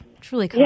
truly